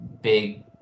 big